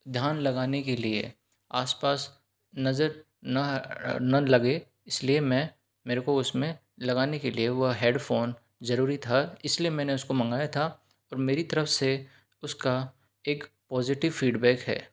ध्यान लगाने के लिए आसपास नज़र ना लगे इसलिए मैं मेरे को उसमें लगाने के लिए वह हेडफोन ज़रूरी था इसलिए मैंने उसको मंगाया था तो मेरी तरफ़ से उसका एक पॉजिटिव फीडबैक है